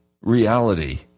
reality